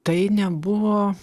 tai nebuvo